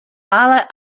ale